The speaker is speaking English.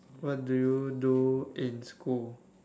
what do you do in school